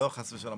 לא, חס ושלום.